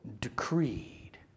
decreed